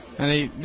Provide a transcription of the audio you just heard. and it